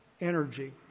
Energy